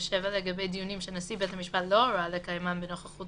ו-57 לגבי דיונים שנשיא בית המשפט לא הורה לקיימם בנוכחות